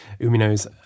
Umino's